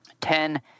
Ten